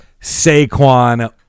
Saquon